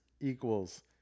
equals